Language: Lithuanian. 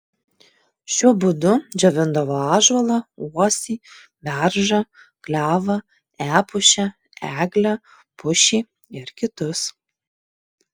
šiuo būdu džiovindavo ąžuolą uosį beržą klevą epušę eglę pušį ir kitus